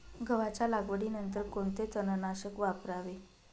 गव्हाच्या लागवडीनंतर कोणते तणनाशक वापरावे?